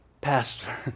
pastor